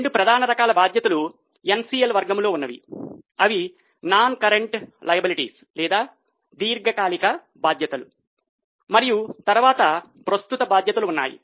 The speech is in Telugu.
రెండు ప్రధాన రకాల బాధ్యతలు ఎన్సిఎల్ వర్గంలో ఉన్నాయి అవి నాన్ కరెంట్ బాధ్యతలు లేదా దీర్ఘకాలిక బాధ్యతలు మరియు తరువాత ప్రస్తుత బాధ్యతలు ఉన్నాయి